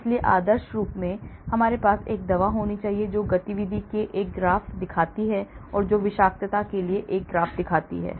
इसलिए आदर्श रूप से मेरे पास एक दवा होनी चाहिए जो गतिविधि के लिए एक ग्राफ दिखाती है और जो विषाक्तता के लिए एक ग्राफ दिखाती है